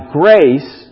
grace